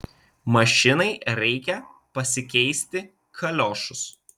mašinai reikia pasikeisti kaliošus